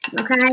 Okay